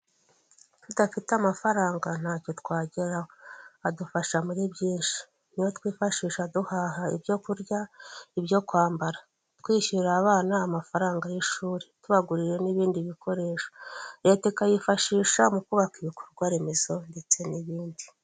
Udafite amafaranga ntacyo twageraho adufasha muri byinshi niyo twifashisha duhaha ibyo kurya ibyo kwambara, kwishyurira abana amafaranga y'ishuri tubagurira n'ibindi ibikoresho, leta ikayifashisha mu kubaka ibikorwa remezo ndetse n'ibindi.